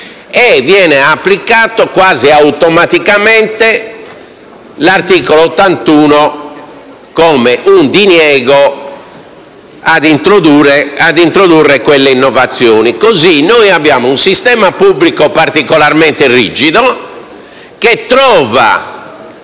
e viene applicato quasi automaticamente l'articolo 81 della Costituzione come un diniego ad introdurre quelle innovazioni. Così, abbiamo un sistema pubblico particolarmente rigido che trova